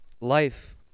life